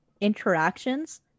interactions